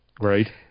Right